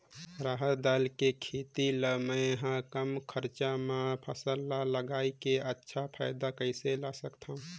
रहर दाल के खेती ला मै ह कम खरचा मा फसल ला लगई के अच्छा फायदा कइसे ला सकथव?